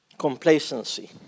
complacency